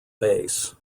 bass